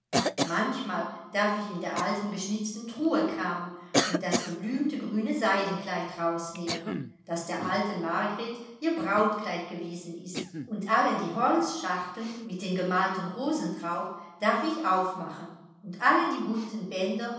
manchmal darf ich in der alten geschnitzten truhe kramen und das geblümte grüne seidenkleid rausnehmen das der alten margret ihr brautkleid gewesen ist und alle die holzschachteln mit den gemalten rosen drauf darf ich aufmachen und alle die bunten bänder